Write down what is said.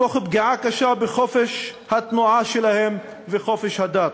תוך פגיעה קשה בחופש התנועה שלהם ובחופש הדת.